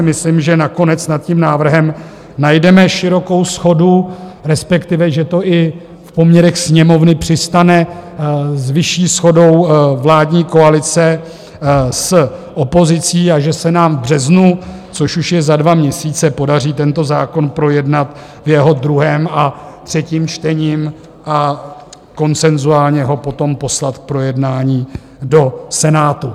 Myslím si, že nakonec nad tím návrhem najdeme širokou shodu, respektive že to i v poměrech Sněmovny přistane s vyšší shodou vládní koalice s opozicí a že se nám v březnu, což už je za dva měsíce, podaří tento zákon projednat v jeho druhém a třetím čtení a konsenzuálně ho potom poslat k projednání do Senátu.